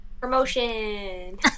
Promotion